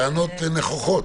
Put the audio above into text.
טענות נכוחות.